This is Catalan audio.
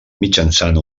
mitjançant